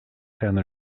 zijn